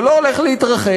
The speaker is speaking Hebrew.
זה לא הולך להתרחש.